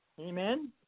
Amen